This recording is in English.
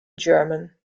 german